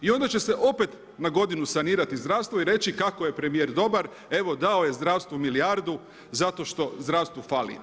I onda će se opet na godinu sanirati zdravstvo i reći kako je premijer dobar, evo dao je zdravstvu milijardu zato što zdravstvu fali.